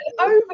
over